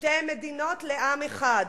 שתי מדינות לעם אחד.